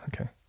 Okay